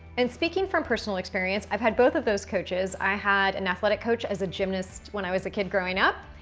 and speaking from personal experience i've had both of those coaches. i had an athletic coach as a gymnast when i was a kid growing up.